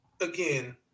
again